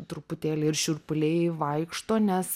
truputėlį ir šiurpuliai vaikšto nes